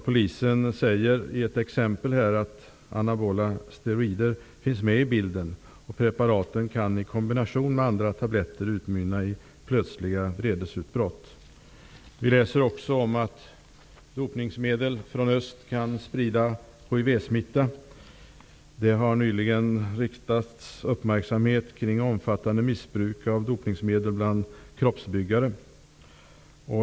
Polisen säger i ett fall att anabola steroider finns med i bilden, och att preparaten i kombination med andra tabletter kan utmynna i plötsliga vredesutbrott. Vi kan också läsa om att dopningsmedel från öst kan sprida hivsmitta. Det har nyligen riktats uppmärksamhet på ett omfattande missbruk av dopningsmedel bland kroppsbyggare.